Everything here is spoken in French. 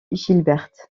gilberte